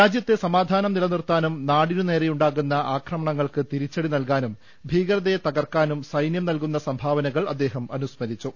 രാജ്യത്തെ സമാധാനം നിലനിർത്താനും നാടിനു നേരെയുണ്ടാകുന്ന ആക്ര മണങ്ങൾക്ക് തിരിച്ചടി നൽകാനും ഭീകരതയെ തകർക്കാനും സൈനൃം നൽകുന്ന സംഭാവനകൾ അദ്ദേഹം അനുസ്മരിച്ചു